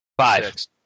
Five